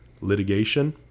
litigation